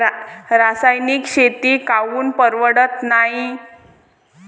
रासायनिक शेती काऊन परवडत नाई?